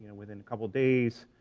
and within a couple of days,